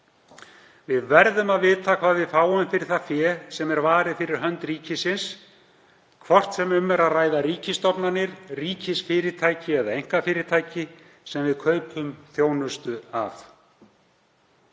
Við verðum að vita hvað við fáum fyrir það fé sem er varið fyrir hönd ríkisins, hvort sem um er að ræða ríkisstofnanir, ríkisfyrirtæki eða einkafyrirtæki sem við kaupum þjónustu af.